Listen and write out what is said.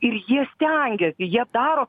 ir jie stengiasi jie daro